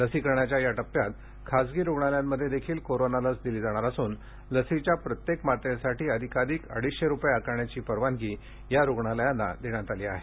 लसीकरणाच्या या टप्प्यात खाजगी रुग्णालयांमध्येही कोरोना लस दिली जाणार असुन लशीच्या प्रत्येक मात्रेसाठी जास्तीत जास्त अडीचशे रुपये आकारण्याची परवानगी या रुग्णालयांना देण्यात आली आहे